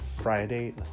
Friday